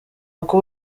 uko